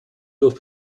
durch